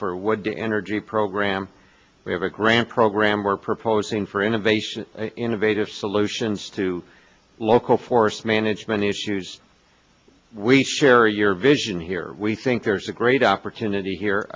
be energy program we have a grant program we're proposing for innovation innovative solutions to local forest management issues we share your vision here we think there's a great opportunity here